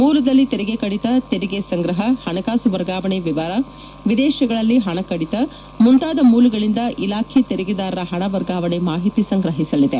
ಮೂಲದಲ್ಲಿ ತೆರಿಗೆ ಕಡಿತ ತೆರಿಗೆ ಸಂಗ್ರಹ ಹಣಕಾಸು ವರ್ಗಾವಣೆಯ ವಿವರ ವಿದೇಶಗಳಲ್ಲಿ ಹಣ ಕಡಿತ ಮುಂತಾದ ಮೂಲಗಳಿಂದ ಇಲಾಖೆ ತೆರಿಗೆದಾರರ ಹಣ ವರ್ಗಾವಣೆ ಮಾಹಿತಿ ಸಂಗ್ರಹಿಸಲಿದೆ